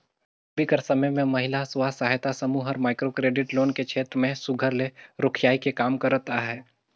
अभीं कर समे में महिला स्व सहायता समूह हर माइक्रो क्रेडिट लोन के छेत्र में सुग्घर ले रोखियाए के काम करत अहे